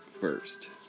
first